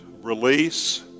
release